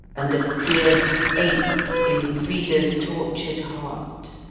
and a fierce ache in frida's tortured heart